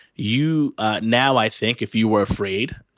you now, i think if you were afraid,